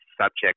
subject